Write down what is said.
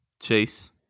Chase